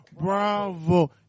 Bravo